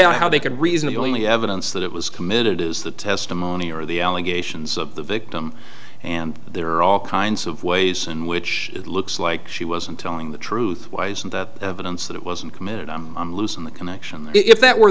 out how they could reasonably evidence that it was committed is the testimony or the allegations of the victim and there are all kinds of ways in which it looks like she wasn't telling the truth lies and the evidence that it wasn't committed i'm loosing the connection if that were